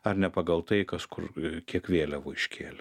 ar ne pagal tai kas kur kiek vėliavų iškėlė